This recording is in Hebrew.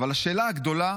אבל השאלה הגדולה,